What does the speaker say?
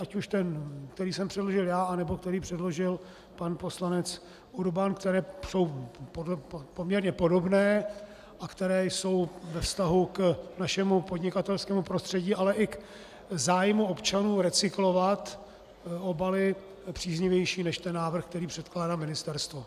Ať už ten, který jsem předložil já, anebo který předložil pan poslanec Urban, které jsou poměrně podobné a které jsou ve vztahu k našemu podnikatelskému prostředí, ale i k zájmu občanů recyklovat obaly příznivější než návrh, který předkládá ministerstvo.